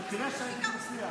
תקציב, זה ברור לך.